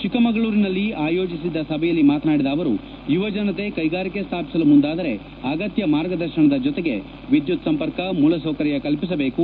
ಚಿಕ್ಕಮಗಳೂರಿನಲ್ಲಿ ಆಯೋಜಿಸಿದ್ದ ಸಭೆಯಲ್ಲಿ ಮಾತನಾಡಿದ ಅವರು ಯುವ ಜನತೆ ಕೈಗಾರಿಕೆ ಸ್ಥಾಪಿಸಲು ಮುಂದಾದರೆ ಅಗತ್ಯ ಮಾರ್ಗದರ್ಶನದ ಜೊತೆಗೆ ವಿದ್ಯುತ್ ಸಂಪರ್ಕ ಮೂಲ ಸೌಕರ್ಯ ಕಲ್ಪಿಸಬೇಕು